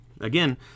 Again